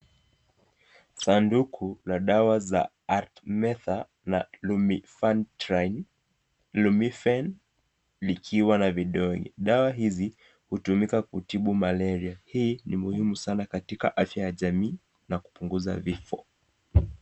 Sanduku la dawa za Armetha na Lumifanthrine Lumifen likiwa na vidonge. Dawa hizi hutumika kutibu malaria. Hii ni muhimu sana katika afya ya jamii na kupunguza vifo.